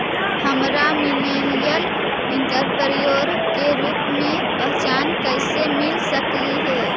हमरा millennial entrepreneur के रूप में पहचान कइसे मिल सकलई हे?